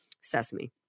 sesame